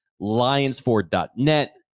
Lionsford.net